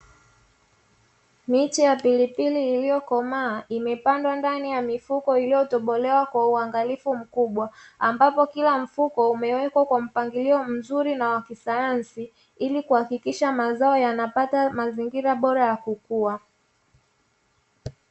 Miche ya pilipili iliyokomaa imepandwa ndani ya mifuko iliyotobolewa kwa uangalifu mkubwa, ambapo kila mfuko umewekwa kwa mpangilio mzuri na wa kisayansi ili kuhakikisha mimea inapata mazingira bora ya kukua.